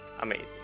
amazing